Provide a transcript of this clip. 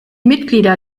mitglieder